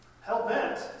hell-bent